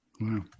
Wow